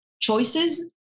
choices